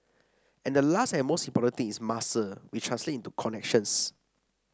and the last and most important thing is muscle which translate into connections